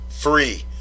free